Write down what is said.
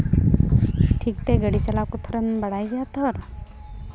ᱴᱷᱤᱠ ᱛᱮ ᱜᱟᱹᱰᱤ ᱪᱟᱞᱟᱣ ᱠᱚ ᱛᱷᱚᱲᱟᱢ ᱵᱟᱲᱟᱭ ᱜᱮᱭᱟ ᱛᱷᱚᱨ